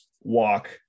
walk